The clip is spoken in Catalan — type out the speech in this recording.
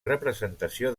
representació